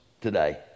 today